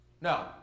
No